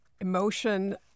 emotion